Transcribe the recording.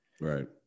right